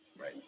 right